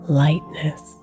lightness